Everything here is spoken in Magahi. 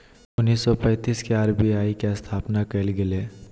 उन्नीस सौ पैंतीस के आर.बी.आई के स्थापना कइल गेलय